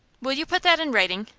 will you put that in writing?